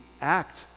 act